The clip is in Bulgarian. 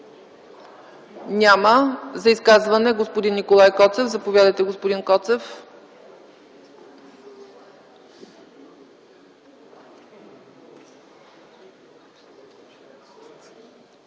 Няма. За изказване – господин Николай Коцев. Заповядайте, господин Коцев.